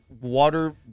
water